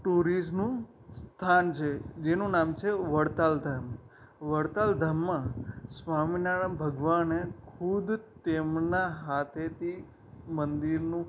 ટુરીઝમનું સ્થાન છે જેનું નામ છે વડતાલ ધામ વડતાલ ધામમાં સ્વામિનારાયણ ભગવાને ખૂદ તેમના હાથેથી મંદિરનું